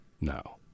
now